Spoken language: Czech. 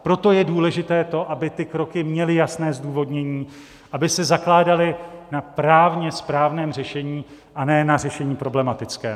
Proto je důležité, aby ty kroky měly jasné zdůvodnění, aby se zakládaly na právně správném řešení, a ne na řešení problematickém.